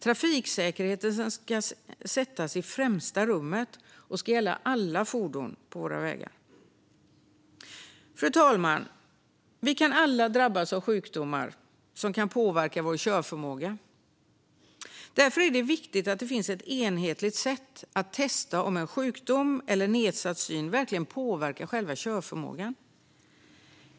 Trafiksäkerheten ska sättas i främsta rummet och ska gälla alla fordon på våra vägar. Fru talman! Vi kan alla drabbas av sjukdomar som kan påverka vår körförmåga. Därför är det viktigt att det finns ett enhetligt sätt att testa om en sjukdom eller nedsatt syn verkligen påverkar själva körförmågan.